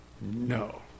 no